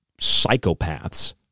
psychopaths